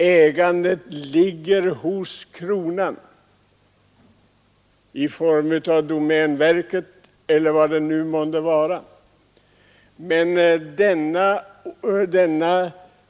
Ägandet ligger hos kronan och marken förvaltas av domänverket.